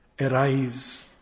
arise